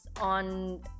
on